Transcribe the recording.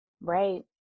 Right